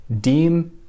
deem